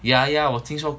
yeah yeah 我听说